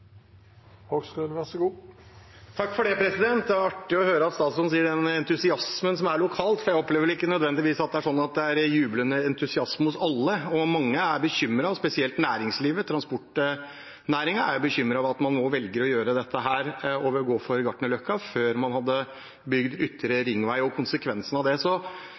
Det er artig å høre at statsråden snakker om den «entusiasmen» som er lokalt, for jeg opplever vel ikke nødvendigvis at det er en jublende entusiasme hos alle. Mange er bekymret, spesielt næringslivet. Transportnæringen er bekymret for at man nå velger å gjøre dette, å gå for Gartnerløkka før man har bygd Ytre ringvei, og konsekvensene av det.